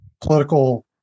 political